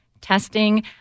testing